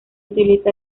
utiliza